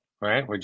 right